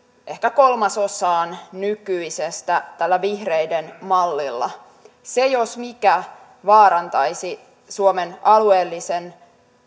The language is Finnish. ehkä kolmasosaan nykyisestä tällä vihreiden mallilla se jos mikä vaarantaisi suomen alueellisen